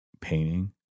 painting